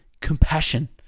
Compassion